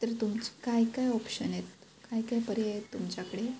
तर तुमचं काय काय ऑप्शन आहेत काय काय पर्याय आहेत तुमच्याकडे